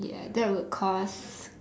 ya that would cause